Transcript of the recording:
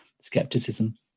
skepticism